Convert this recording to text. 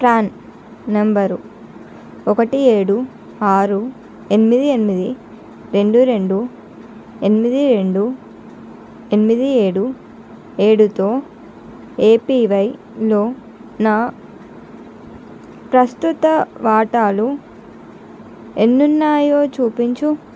PRAN number ఒకటి ఏడు ఆరు ఎనిమిది ఎనిమిది రెండు రెండు ఎనిమిది రెండు ఎనిమిది ఏడు ఏడుతో ఏపీవైలో నా ప్రస్తుత వాటాలుఎన్ని ఉన్నాయో చూపించు